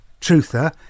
truther